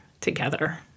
together